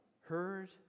Heard